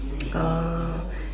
ah